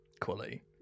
quality